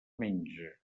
menja